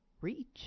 reach